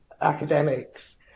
academics